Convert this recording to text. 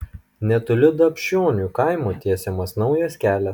netoli dapšionių kaimo tiesiamas naujas kelias